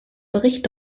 bericht